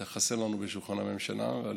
אתה חסר לנו בשולחן הממשלה, אבל